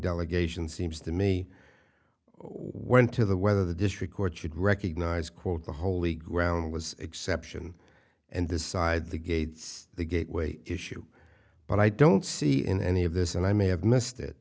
delegation seems to me went to the whether the district court should recognize quote the holy ground was exception and decide the gates the gateway issue but i don't see in any of this and i may have missed it